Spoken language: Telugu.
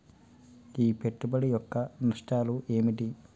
ఈ పెట్టుబడి యొక్క నష్టాలు ఏమిటి?